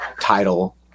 title